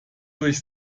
durch